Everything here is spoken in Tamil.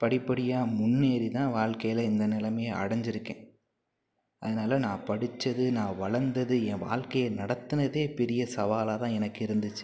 படிப் படியாக முன்னேறி தான் வாழ்க்கையில் இந்த நிலமைய அடஞ்சுருக்கேன் அதனால நான் படிச்சது நான் வளர்ந்தது என் வாழ்க்கையை நடத்துனதே பெரிய சவாலாக தான் எனக்கு இருந்துச்சு